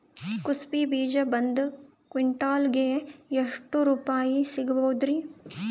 ಕುಸಬಿ ಬೀಜ ಒಂದ್ ಕ್ವಿಂಟಾಲ್ ಗೆ ಎಷ್ಟುರುಪಾಯಿ ಸಿಗಬಹುದುರೀ?